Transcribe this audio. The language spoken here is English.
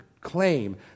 claim